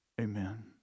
Amen